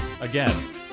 Again